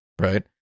right